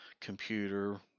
computer